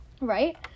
Right